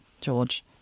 George